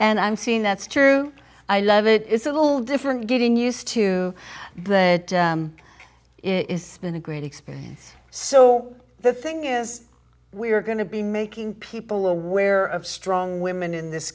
and i'm seeing that's true i love it is a little different getting used to but it is been a great experience so the thing is we are going to be making people aware of strong women in this